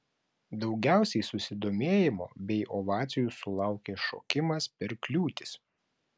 daugiausiai susidomėjimo bei ovacijų sulaukė šokimas per kliūtis